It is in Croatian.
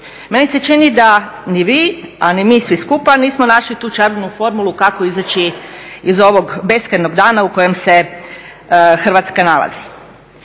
Meni se čini da ni vi, a ni mi svi skupa nismo našli tu čarobnu formulu kako izaći iz ovog beskrajnog dana u kojem se Hrvatska nalazi.